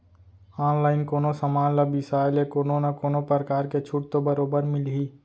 online कोनो समान ल बिसाय ले कोनो न कोनो परकार के छूट तो बरोबर मिलही